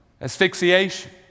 asphyxiation